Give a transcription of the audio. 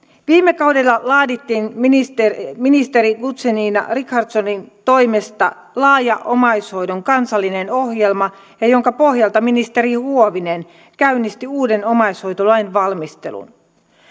viime kaudella laadittiin ministeri ministeri guzenina richardsonin toimesta laaja omaishoidon kansallinen ohjelma jonka pohjalta ministeri huovinen käynnisti uuden omaishoitolain valmistelun